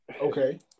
okay